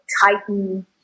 Titan